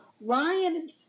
Ryan